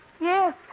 Yes